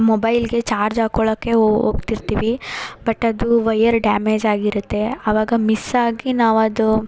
ಮೊಬೈಲ್ಗೆ ಚಾರ್ಜ್ ಹಾಕೊಳ್ಳೋಕೆ ಹೋಗ್ತಿರ್ತೀವಿ ಬಟ್ ಅದು ವೈಯರ್ ಡ್ಯಾಮೇಜ್ ಆಗಿರುತ್ತೆ ಆವಾಗ ಮಿಸ್ ಆಗಿ ನಾವು ಅದು